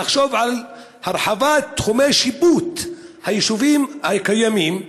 על הרחבת תחומי השיפוט של היישובים הקיימים,